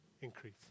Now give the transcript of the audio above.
increase